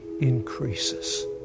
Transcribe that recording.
increases